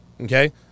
Okay